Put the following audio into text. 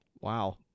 Wow